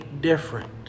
different